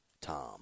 Tom